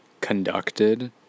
conducted